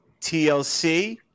TLC